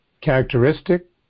characteristic